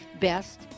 best